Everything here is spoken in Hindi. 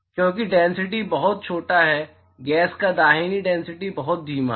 क्योंकि डेनसिटी बहुत छोटा है गैस का दाहिना डेनसिटी बहुत धीमा है